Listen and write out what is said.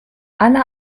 alle